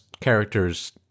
character's